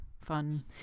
fun